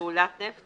"פעולת נפט"